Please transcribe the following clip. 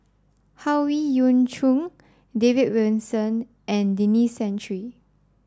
Howe Yoon Chong David Wilson and Denis Santry